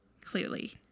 clearly